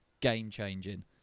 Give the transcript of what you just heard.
game-changing